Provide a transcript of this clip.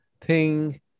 Ping